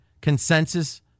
consensus